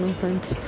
friends